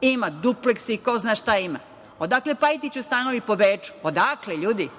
ima duplekse i ko zna šta ima. Odakle Pajtiću stanovi po Beču? Odakle, ljudi?